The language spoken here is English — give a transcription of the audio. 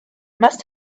must